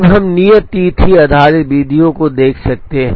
तब हम नियत तिथि आधारित विधियों को देख सकते हैं